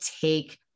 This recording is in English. take